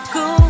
go